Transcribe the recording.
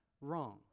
wrong